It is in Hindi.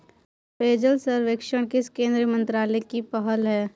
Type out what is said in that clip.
पेयजल सर्वेक्षण किस केंद्रीय मंत्रालय की पहल है?